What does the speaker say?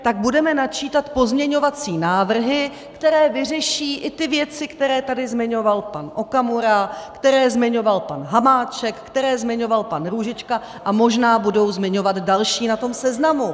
Tak budeme načítat pozměňovací návrhy, které vyřeší i ty věci, které tady zmiňoval pan Okamura, které zmiňoval pan Hamáček, které zmiňoval pan Růžička a možná budou zmiňovat i další na tom seznamu.